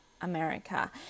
America